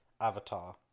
Avatar